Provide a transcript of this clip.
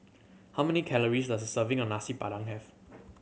how many calories does a serving of Nasi Padang have